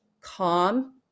calm